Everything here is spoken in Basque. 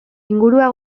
ingurua